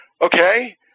okay